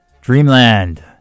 Dreamland